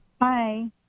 hi